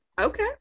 okay